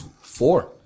Four